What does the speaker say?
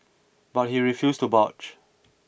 but he refused to budge